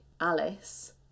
Alice